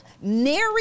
nary